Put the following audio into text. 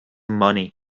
money